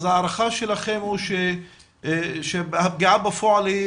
אז ההערכה שלכם היא שהפגיעה בפועל היא